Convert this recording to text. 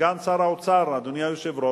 שר המשפטים והשר יעלון,